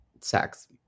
sex